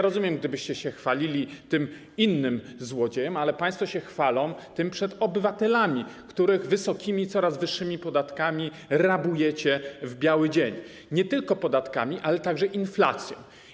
Rozumiem, gdybyście się chwalili innym złodziejom, ale państwo się chwalą tym przed obywatelami, których wysokimi, coraz wyższymi podatkami rabujecie w biały dzień - nie tylko podatkami, ale także inflacją.